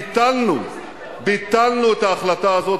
ביטלנו את ההחלטה הזאת,